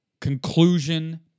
conclusion